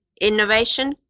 innovation